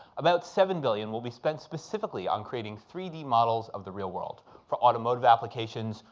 about seven billion will be spent specifically on creating three d models of the real world for automotive applications,